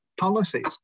policies